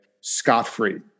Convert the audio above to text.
scot-free